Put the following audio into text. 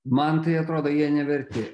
man tai atrodo jie neverti